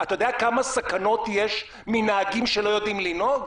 אתה יודע כמה סכנות יש מנהגים שלא יודעים לנהוג?